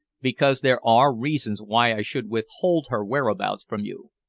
because there are reasons why i should withhold her whereabouts from you.